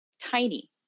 tiny